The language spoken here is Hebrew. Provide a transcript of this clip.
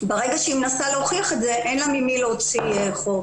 ברגע שהיא מנסה להוכיח את זה אין לה ממי להוציא חומר